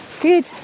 good